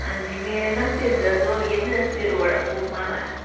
हां जी मेरै ना सिर दर्द होआ दी ऐ मेरा सिर बड़ा घूमा दा ऐ